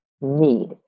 need